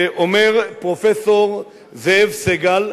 שאומר פרופסור זאב סגל,